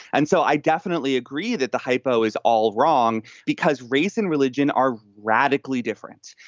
and so i definitely agree that the hypo is all wrong because race and religion are radically different.